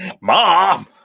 mom